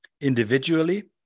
individually